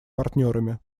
партнерами